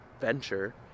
venture